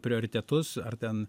prioritetus ar ten